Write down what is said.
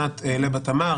שנת "אעלה בתמר",